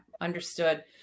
Understood